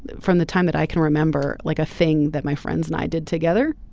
from the time that i can remember like a thing that my friends and i did together.